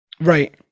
Right